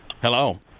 Hello